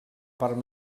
part